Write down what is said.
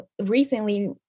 recently